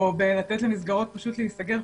או לתת למסגרות להיסגר,